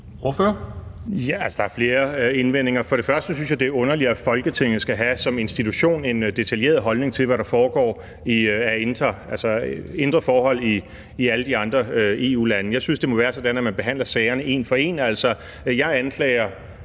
der er flere indvendinger. For det første synes jeg, det er underligt, at Folketinget som institution skal have en detaljeret holdning til, hvad der foregår af indre forhold i alle de andre EU-lande. Jeg synes, det må være sådan, at man behandler sagerne en for en, altså